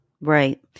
Right